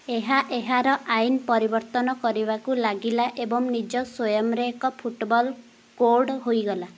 ଏହା ଏହାର ଆଇନ ପରିବର୍ତ୍ତନ କରିବାକୁ ଲାଗିଲା ଏବଂ ନିଜ ସ୍ୱୟଂରେ ଏକ ଫୁଟବଲ୍ କୋଡ଼୍ ହୋଇଗଲା